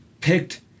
picked